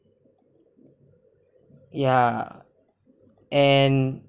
ya and